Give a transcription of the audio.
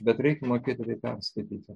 bet reik mokėti tai perskaityti